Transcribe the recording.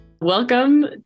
Welcome